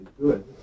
good